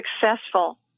successful